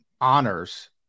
honors